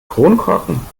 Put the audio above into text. kronkorken